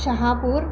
Shahapur